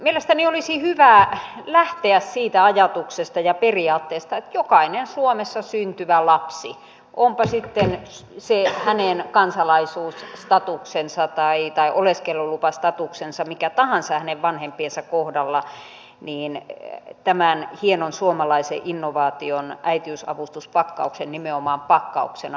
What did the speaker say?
mielestäni olisi hyvä lähteä siitä ajatuksesta ja periaatteesta että jokainen suomessa syntyvä lapsi onpa sitten se hänen kansalaisuusstatuksensa tai oleskelulupastatuksensa mikä tahansa hänen vanhempiensa kohdalla tämän hienon suomalaisen innovaation äitiysavustuspakkauksen nimenomaan pakkauksena saisi